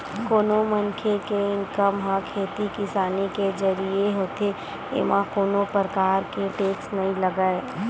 कोनो मनखे के इनकम ह खेती किसानी के जरिए होथे एमा कोनो परकार के टेक्स नइ लगय